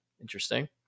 Interesting